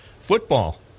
football